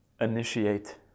Initiate